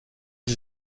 sie